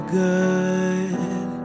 good